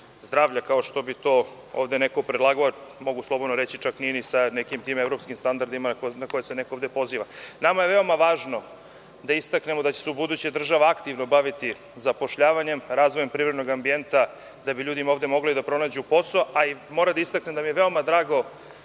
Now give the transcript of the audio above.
zdravlja, kao što je to neko ovde predložio. Mogu slobodno reći, nije čak ni sa tim evropskim standardima na koje se neko ovde poziva. Nama je veoma važno da istaknemo da će se ubuduće država aktivno baviti zapošljavanjem, razvojem privrednog ambijenta, kako bi ljudi ovde mogli da pronađu posao. Moram da istaknem da mi je veoma drago